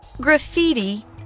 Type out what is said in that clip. Graffiti